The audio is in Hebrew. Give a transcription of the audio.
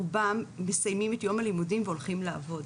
רובם מסיימים את יום הלימודים והולכים לעבוד.